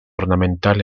ornamental